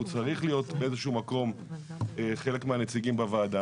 הוא צריך להיות באיזשהו מקום חלק מהנציגים בוועדה.